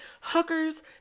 Hookers